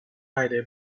idea